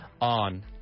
on